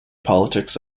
politics